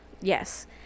Yes